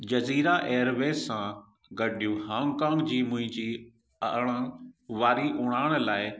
Jazeera Airways सां गॾु Hong Kong जी मुंहिंजी अञण वारी उड़ान लाइ